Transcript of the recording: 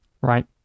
right